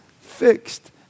fixed